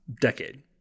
decade